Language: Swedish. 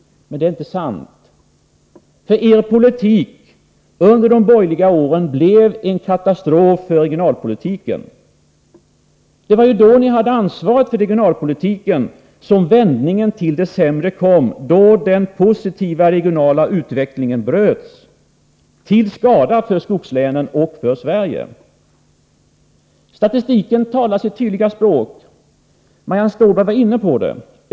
Men det är inte sant att ni är några sådana beskyddare. Er politik under de borgerliga regeringsåren blev en katastrof för regionalpolitiken. Det var då ni hade ansvaret för regionalpolitiken som vändningen till det sämre kom. Det var då som den positiva regionala utvecklingen bröts, till skada för skogslänen och för Sverige. Statistiken talar sitt tydliga språk, vilket Marianne Stålberg var inne på.